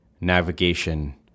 navigation